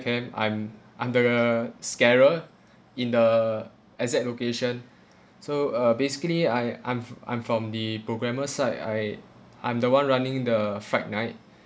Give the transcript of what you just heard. camp I'm I'm the rer~ scarer in the exact location so uh basically I I'm f~ I'm from the programmer side I I'm the one running the fright night